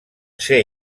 ser